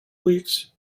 weeks